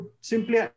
simply